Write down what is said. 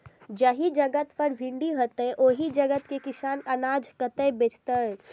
जाहि जगह पर मंडी हैते आ ओहि जगह के किसान अनाज कतय बेचते?